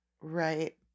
Right